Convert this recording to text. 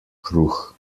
kruh